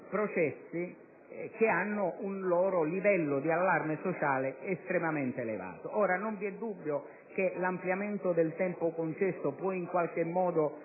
processi che hanno un livello di allarme sociale estremamente elevato. Non v'è dubbio che l'ampliamento del tempo concesso può in qualche modo